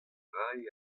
rae